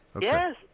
Yes